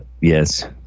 yes